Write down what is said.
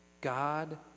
God